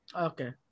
Okay